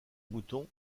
moutons